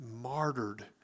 martyred